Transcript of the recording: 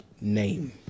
name